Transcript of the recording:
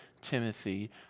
Timothy